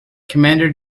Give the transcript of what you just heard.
commander